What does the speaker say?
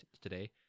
today